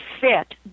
fit